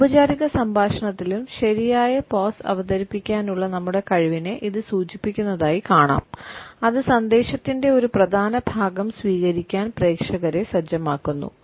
" ഔപചാരിക സംഭാഷണത്തിലും ശരിയായ പോസ് അവതരിപ്പിക്കാനുള്ള നമ്മുടെ കഴിവിനെ ഇത് സൂചിപ്പിക്കുന്നതായി കാണാം അത് സന്ദേശത്തിന്റെ ഒരു പ്രധാന ഭാഗം സ്വീകരിക്കാൻ പ്രേക്ഷകരെ സജ്ജമാക്കുന്നു